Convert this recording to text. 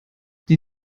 die